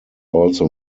also